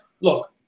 Look